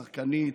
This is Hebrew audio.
שחקנית,